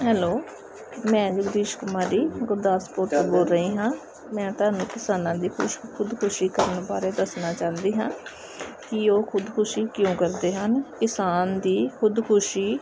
hello ਮੈਂ ਜਗਦੀਸ਼ ਕੁਮਾਰੀ ਗੁਰਦਾਸਪੁਰ ਤੋੋਂ ਬੋਲ ਰਹੀ ਹਾਂ ਮੈਂ ਤੁਹਾਨੂੰ ਕਿਸਾਨਾਂ ਦੀ ਖੁਸ਼ ਖੁਦਕੁਸ਼ੀ ਕਰਨ ਬਾਰੇ ਦੱਸਣਾ ਚਾਹੁੰਦੀ ਹਾਂ ਕਿ ਉਹ ਖੁਦਕੁਸ਼ੀ ਕਿਉਂ ਕਰਦੇ ਹਨ ਕਿਸਾਨ ਦੀ ਖੁਦਕੁਸ਼ੀ